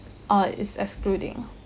oh is excluding